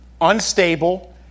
unstable